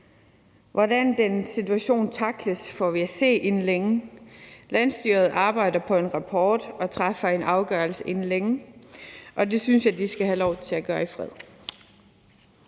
Hvordan den situation tackles, får vi at se inden længe. Landsstyret arbejder på en rapport og træffer en afgørelse inden længe, og det synes jeg de skal have lov til at gøre i fred.